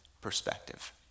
perspective